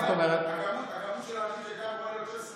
הכמות של האנשים שהייתה אמורה להיות, 16,000,